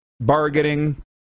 bargaining